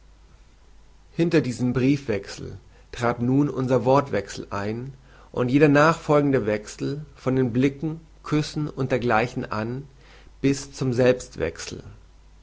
hinter diesem briefwechsel trat nun unser wortwechsel ein und jeder nachfolgende wechsel von den blicken küssen und dergleichen an bis zum